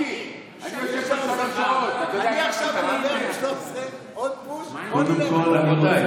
אני עכשיו אדבר עם 13, עוד פוש, בואו נלך.